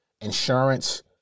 insurance